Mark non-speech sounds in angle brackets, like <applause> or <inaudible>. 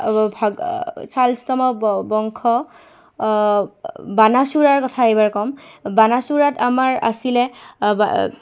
<unintelligible> শালস্তম্ভ বংশ বাণাসুৰৰ কথা এইবাৰ ক'ম বাণাসুৰত আমাৰ আছিলে <unintelligible>